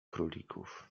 królików